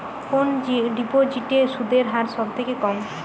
কোন ডিপোজিটে সুদের হার সবথেকে কম?